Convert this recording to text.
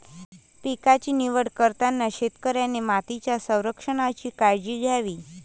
पिकांची निवड करताना शेतकऱ्याने मातीच्या संरक्षणाची काळजी घ्यावी